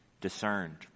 discerned